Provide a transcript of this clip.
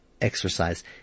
exercise